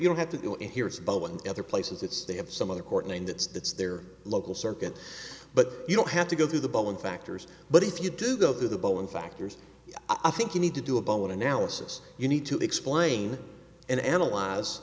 you don't have to do it here it's about one other places it's they have some other court and that's that's their local circuit but you don't have to go through the bone factors but if you do go the bowen factors i think you need to do a bone analysis you need to explain and analyze